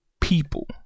people